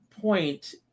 point